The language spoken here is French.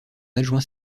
adjoint